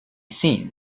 seen